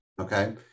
Okay